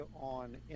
on